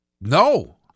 No